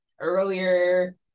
earlier